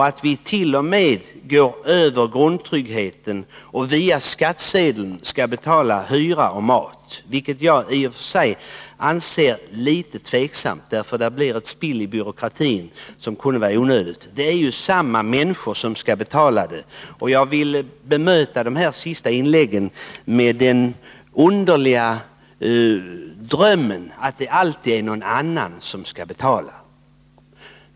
Vi går t.o.m. utöver grundtryggheten och betalar via skattsedeln hyra och mat, vilket jag i och för sig är litet tveksam till, för det kan genom byråkratin bli ett onödigt ”spill”. De människor som får förmånerna är desamma som de som får betala för dem. Jag vill bemöta de senaste inläggen, där det givits uttryck för den underliga drömmen att det alltid är någon annan som skall betala.